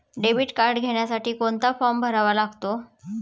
Debit card घेण्यासाठी कोणता form भरावा लागतो?